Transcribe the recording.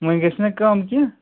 وۅنۍ گژھِ نا کَم کیٚنٛہہ